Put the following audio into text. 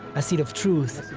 a seed of truth,